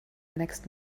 next